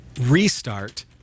restart